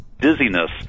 dizziness